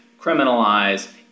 criminalize